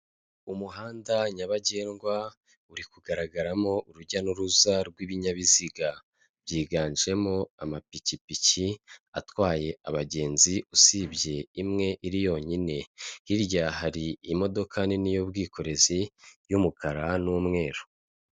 Umuhanda nyabagendwa uri kugaragaramo urujya n’uruza rw’ibinyabiziga, byiganjemo amapikipiki atwaye abagenzi, usibye imwe iri yonyine. Hirya hari imodoka nini y’ubwikorezi y’umukara n’umweru.